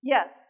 Yes